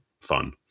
fun